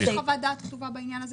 יש חוות דעת כתובה על העניין הזה,